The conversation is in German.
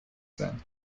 sein